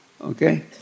Okay